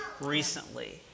recently